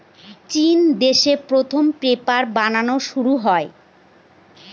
চিন দেশে প্রথম পেপার বানানো শুরু হয়